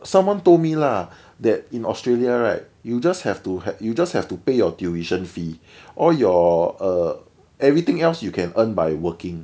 someone told me lah that in australia right you just have to have you just have to pay your tuition fee all your err everything else you can earn by working